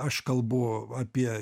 aš kalbu apie